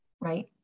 right